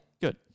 Good